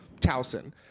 Towson